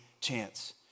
chance